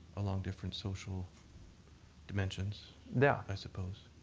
along different social dimensions yeah i suppose.